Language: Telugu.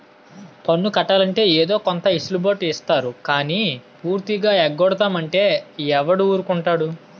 పన్ను కట్టాలంటే ఏదో కొంత ఎసులు బాటు ఇత్తారు గానీ పూర్తిగా ఎగ్గొడతాం అంటే ఎవడూరుకుంటాడు